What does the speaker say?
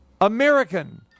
American